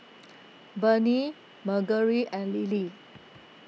Burney Margery and Lily